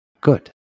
Good